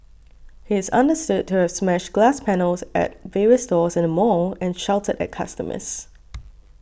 he is understood to have smashed glass panels at various stores in the mall and shouted at customers